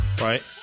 right